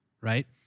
Right